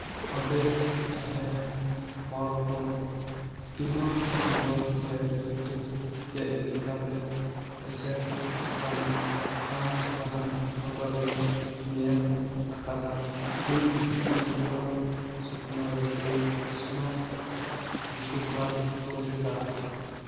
ᱚᱸᱰᱮ ᱛᱟᱦᱮᱱ ᱦᱚᱲ ᱠᱚ ᱫᱤᱱᱟᱹᱢ ᱡᱤᱵᱚᱱ ᱨᱮ ᱨᱤᱛᱩ ᱪᱮᱫ ᱞᱮᱠᱟᱛᱮ ᱮᱥᱮᱨ ᱟᱠᱟᱱᱟ ᱟᱢ ᱡᱟᱦᱟᱸ ᱵᱚᱫᱚᱞᱮᱢ ᱧᱮᱞ ᱟᱠᱟᱫᱟ ᱦᱤᱛ ᱱᱤᱯᱤᱲᱚᱠ ᱥᱩᱠᱱᱳ ᱨᱤᱛᱩ ᱩᱥᱱᱚ ᱵᱮᱥᱤᱨ ᱵᱷᱟᱜᱽ ᱯᱚᱨᱤᱥᱠᱟᱨ